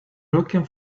looking